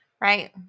Right